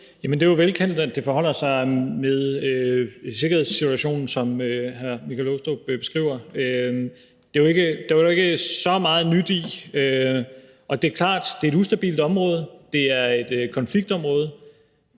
(S): Det er jo velkendt, at det forholder sig med sikkerhedssituationen, som hr. Michael Aastrup Jensen beskriver det her. Det er der ikke så meget nyt i. Det er klart, at det er et ustabilt område, det er et konfliktområde,